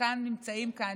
חלקם נמצאים כאן,